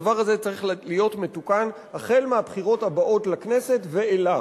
הדבר הזה צריך להיות מתוקן החל מהבחירות הבאות לכנסת ואילך,